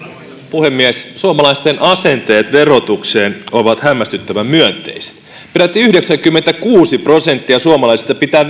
puhemies suomalaisten asenteet verotukseen ovat hämmästyttävän myönteiset peräti yhdeksänkymmentäkuusi prosenttia suomalaisista pitää